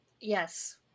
Yes